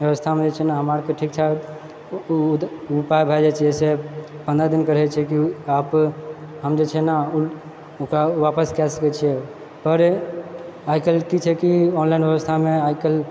व्यवस्थामे जे छै ने हमरा आरके ठीक छै ई एड मीता भए जाए छिऐ सब हमर दिल करै छै की आज से हम जे छै ने ई कुरता आपस कए सकैत छिऐ पर आजकल की छै कि ऑनलाइन व्यवस्थामे आजकल